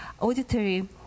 auditory